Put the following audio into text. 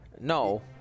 No